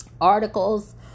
articles